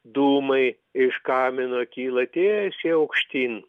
dūmai iš kamino kyla tiesiai aukštyn